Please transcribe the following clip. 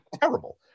terrible